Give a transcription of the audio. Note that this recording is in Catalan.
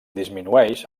disminueix